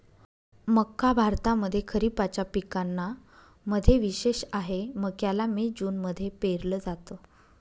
मक्का भारतामध्ये खरिपाच्या पिकांना मध्ये विशेष आहे, मक्याला मे जून मध्ये पेरल जात